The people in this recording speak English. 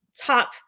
top